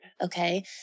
okay